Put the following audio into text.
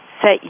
set